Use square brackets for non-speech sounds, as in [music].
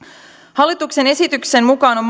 hallituksen esityksen mukaan on [unintelligible]